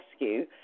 rescue